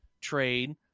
trade